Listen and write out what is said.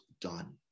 done